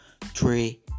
three